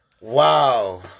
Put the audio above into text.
Wow